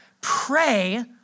pray